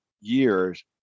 years